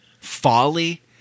Folly